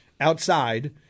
outside